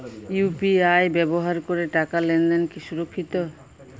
UPI ব্যবহার করে টাকা লেনদেন কি সুরক্ষিত?